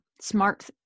smart